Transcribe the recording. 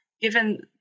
Given